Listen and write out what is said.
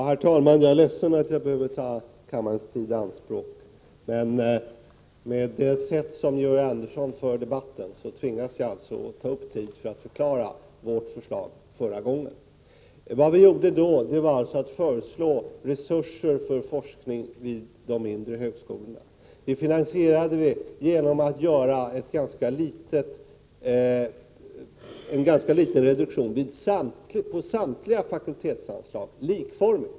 | Herr talman! Jag är ledsen att jag behöver ta kammarens tid i anspråk, men ' på grund av det sätt på vilket Georg Andersson för debatten tvingas jag i förklara vårt förslag förra gången. Vad vi gjorde då var att föreslå resurser för forskning vid de mindre i högskolorna. Vi avsåg att finansiera det hela genom en ganska liten reduktion på samtliga fakultetsanslag, likformigt.